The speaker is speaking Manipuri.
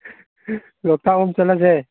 ꯂꯣꯛꯇꯥꯛ ꯂꯣꯝꯗ ꯆꯠꯂꯁꯦ